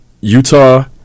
Utah